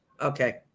Okay